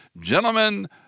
gentlemen